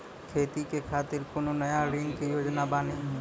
खेती के खातिर कोनो नया ऋण के योजना बानी?